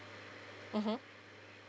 mmhmm